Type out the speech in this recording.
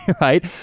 right